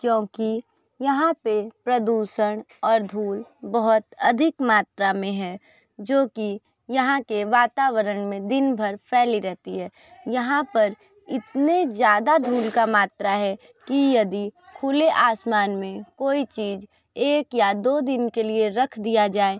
क्योंकि यहाँ पर प्रदूषण और धूल बहुत अधिक मात्रा में है जो कि यहाँ के वातावरण में दिन भर फ़ैली रहती है यहाँ पर इतने ज़्यादा धूल का मात्रा है कि यदि खुले आसमान मे कोई चीज एक या दो दिन के लिए रख दिया जाए